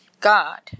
God